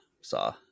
saw